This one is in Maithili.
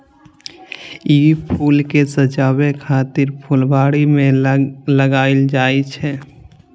ई फूल कें सजाबै खातिर फुलबाड़ी मे लगाएल जाइ छै